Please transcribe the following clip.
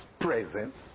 presence